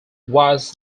was